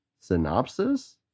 Synopsis